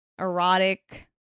erotic